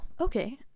okay